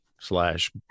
slash